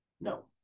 No